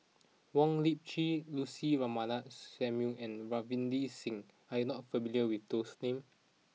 Wong Lip Chin Lucy Ratnammah Samuel and Ravinder Singh are you not familiar with those names